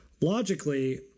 logically